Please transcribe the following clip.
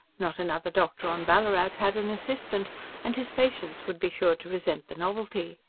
not another doctor on ballarat had an assistant and his patients would be sure to resent the novelty.